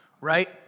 right